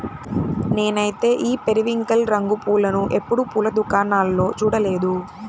నేనైతే ఈ పెరివింకిల్ రంగు పూలను ఎప్పుడు పూల దుకాణాల్లో చూడలేదు